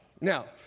Now